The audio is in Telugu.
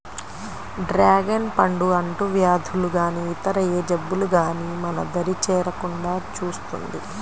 డ్రాగన్ పండు అంటువ్యాధులు గానీ ఇతర ఏ జబ్బులు గానీ మన దరి చేరకుండా చూస్తుంది